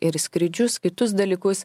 ir skrydžius kitus dalykus